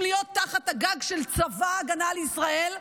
להיות תחת הגג של צבא ההגנה לישראל,